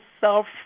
self